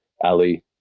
Ali